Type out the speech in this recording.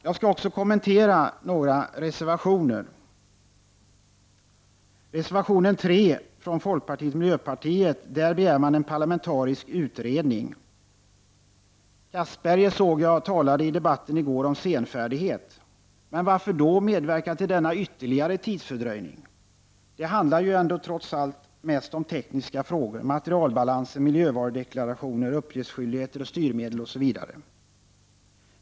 Jag skall också kommentera några reservationer. I reservation 3 begär folkpartiet och miljöpartiet en parlamentarisk utredning. Anders Castberger talade i debatten i går om senfärdighet. Men varför då medverka till denna ytterligare tidsfördröjning? Det handlar trots allt mest om tekniska frågor, om materialbalanser, miljövarudeklarationer, uppgiftsskyldighet, styrmedel, osv.